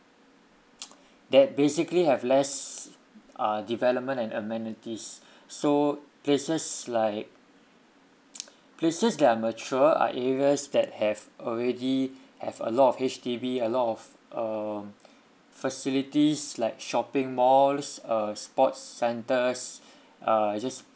that basically have less uh development and amenities so places like places that are mature are areas that have already have a lot of H_D_B a lot of err facilities like shopping malls uh sports centres uh just